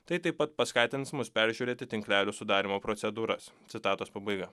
tai taip pat paskatins mus peržiūrėti tinklelių sudarymo procedūras citatos pabaiga